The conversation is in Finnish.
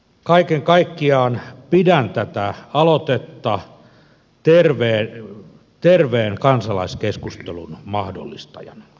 kaiken kaikkiaan pidän tätä aloitetta terveen kansalaiskeskustelun mahdollistajana